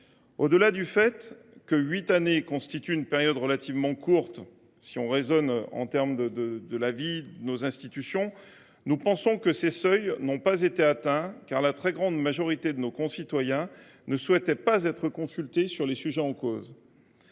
Au delà du fait que huit ans constituent une période relativement courte à l’échelle de la vie de nos institutions, nous estimons que ces seuils n’ont pas été atteints parce que la très grande majorité de nos concitoyens ne souhaitait pas être consultée sur les sujets en